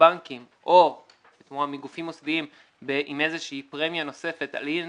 מהבנקים או מגופים מוסדיים עם איזו שהיא פרמיה נוספת על אי הנזילות,